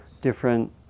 different